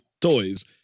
toys